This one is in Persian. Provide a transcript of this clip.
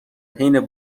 حین